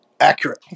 Accurate